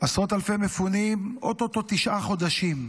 עשרות מפונים או-טו-טו תשעה חודשים.